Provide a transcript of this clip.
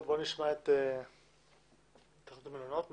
נשמע את התאחדות המלונות.